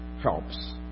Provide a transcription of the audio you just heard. helps